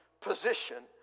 position